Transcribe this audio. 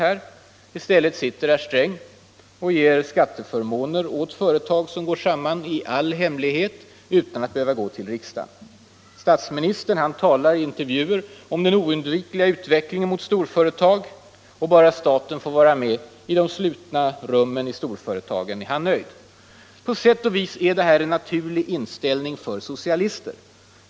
I stället sitter herr Sträng i all hemlighet och ger skatteförmåner åt företag som går samman utan att behöva gå till riksdagen. Statsministern talar i intervjuer om den oundvikliga utvecklingen i riktning mot storföretag. Om bara staten får vara med i de slutna rummen i storföretagen tycks han vara nöjd. På sätt och vis är det här en naturlig inställning för socialister.